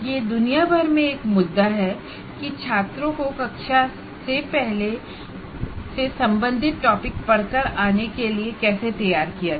यह दुनिया भर में एक मुद्दा है कि छात्रों को कक्षा से पहले से संबंधित टॉपिक पढ़कर आने के लिए कैसे तैयार किया जाए